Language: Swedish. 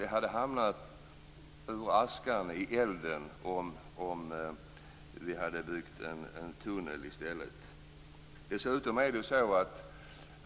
Vi hade hamnat ur askan i elden om vi hade byggt en tunnel i stället.